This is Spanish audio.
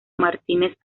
martínez